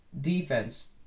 defense